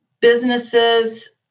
businesses